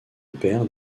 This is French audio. père